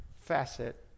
facet